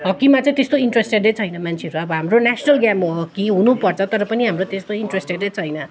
हक्कीमा चाहिँ त्यस्तो इनटरेस्टेडै छैन मान्छेहरू अब हाम्रो नेसनल गेम हक्की हुनुपर्छ तर पनि हाम्रो त्यस्तो इनट्रेस्टेडै छैन